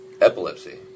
epilepsy